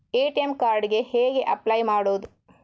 ATM card ಗೆ ಹೇಗೆ apply ಮಾಡುವುದು?